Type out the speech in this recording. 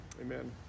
amen